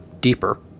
deeper